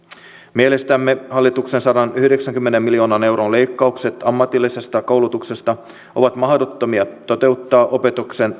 mielestämme hallituksen sadanyhdeksänkymmenen miljoonan euron leikkaukset ammatillisesta koulutuksesta ovat mahdottomia toteuttaa opetuksen